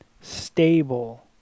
stable